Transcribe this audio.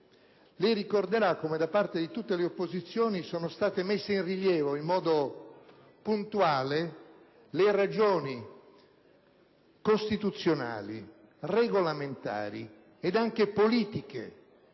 e ricorderà come, da parte di tutte le opposizioni, siano state messe in rilievo, in modo puntuale, le ragioni costituzionali, regolamentari e anche politiche